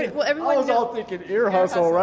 well everyone, i was all thinking ear hustle, right?